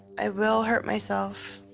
i will hurt myself.